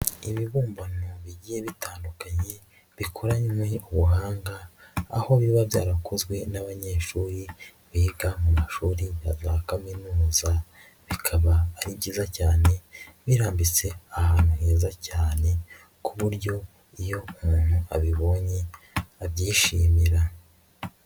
Ibibumbano bigiye bitandukanye bikoranywe ubuhanga aho biba byarakozwe n'abanyeshuri biga mu mashuri nka za kaminuza, bikaba ari byiza cyane birambitse ahantu heza cyane ku buryo iyo umuntu abibonye abyishimira.